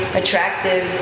attractive